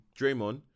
Draymond